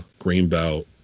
Greenbelt